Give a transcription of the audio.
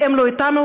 והם לא איתנו.